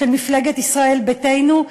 של מפלגת ישראל ביתנו,